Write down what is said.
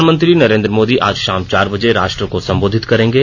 प्रधानमंत्री नरेंद्र मोदी आज शाम चार बजे राष्ट्र को संबोधित करेंगे